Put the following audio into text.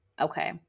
okay